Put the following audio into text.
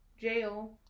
jail